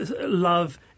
love